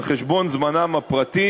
על חשבון זמנם הפרטי,